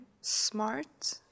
smart